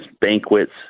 banquets